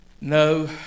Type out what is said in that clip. No